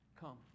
come